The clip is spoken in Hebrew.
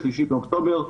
3 באוקטובר,